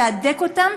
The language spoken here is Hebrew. ולהדק אותם,